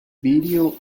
video